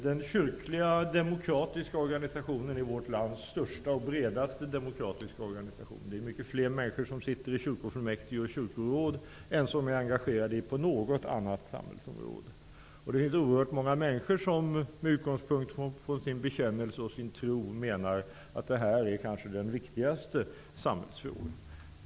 Den kyrkliga demokratiska organisationen är vårt lands största och bredaste demokratiska organisation. Många fler människor sitter i kyrkofullmäktige och kyrkoråd än är engagerade på något annat samhällsområde. Oerhört många människor menar med utgångspunkt i sin bekännelse och sin tro att detta är den viktigaste samhällsfrågan.